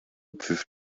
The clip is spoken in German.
pfiff